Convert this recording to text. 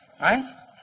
right